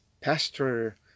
Pastor